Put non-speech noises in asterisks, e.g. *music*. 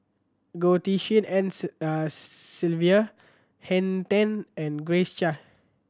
Goh Tshin En *unintelligible* Sylvia Henn Tan and Grace Chia